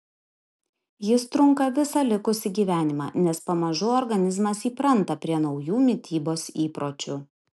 jis trunka visą likusį gyvenimą nes pamažu organizmas įpranta prie naujų mitybos įpročių